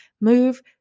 move